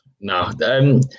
no